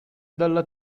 dalla